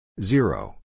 Zero